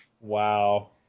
Wow